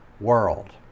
world